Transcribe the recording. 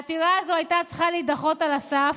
העתירה הזו הייתה צריכה להידחות על הסף,